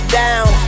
down